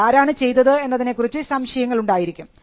അതാരാണ് ചെയ്തത് എന്നതിനെകുറിച്ച് സംശയങ്ങൾ ഉണ്ടായിരിക്കും